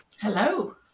Hello